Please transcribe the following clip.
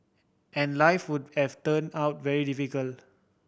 and life would have turn out very difficult